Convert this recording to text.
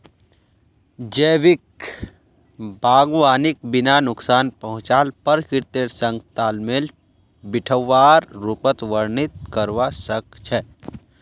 जैविक बागवानीक बिना नुकसान पहुंचाल प्रकृतिर संग तालमेल बिठव्वार रूपत वर्णित करवा स ख छ